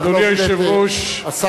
אדוני היושב-ראש,